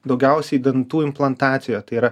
daugiausiai dantų implantacijo tai yra